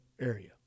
area